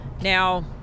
Now